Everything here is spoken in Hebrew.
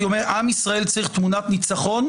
היא אומרת עם ישראל צריך תמונת ניצחון,